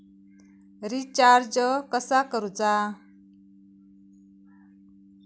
Recharge कसा करूचा?